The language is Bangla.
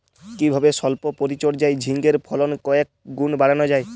কিভাবে সল্প পরিচর্যায় ঝিঙ্গের ফলন কয়েক গুণ বাড়ানো যায়?